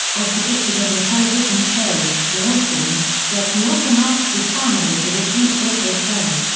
as depicted in the television show, the osbournes, where he often asks his family to repeat what they say.